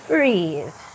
Breathe